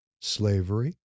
Slavery